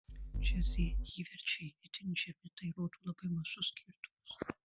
čia z įverčiai itin žemi tai rodo labai mažus skirtumus